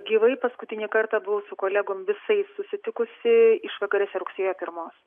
gyvai paskutinį kartą buvau su kolegom visais susitikusi išvakarėse rugsėjo pirmos